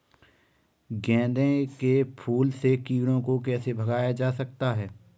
गेंदे के फूल से कीड़ों को कैसे भगाया जा सकता है?